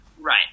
Right